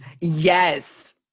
yes